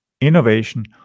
innovation